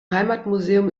heimatmuseum